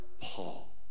Paul